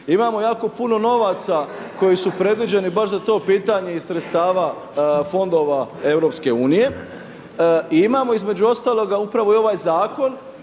Imamo i jako puno novaca koji su predviđeni baš za to pitanje iz sredstava fondova EU i imamo između ostalog upravo i ovaj zakon